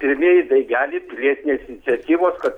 pirmieji daigeliai pilietinės iniciatyvos kad